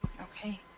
Okay